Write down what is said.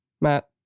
Matt